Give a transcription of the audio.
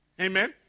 Amen